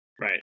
Right